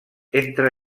entre